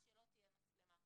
אז שלא תהיה מצלמה.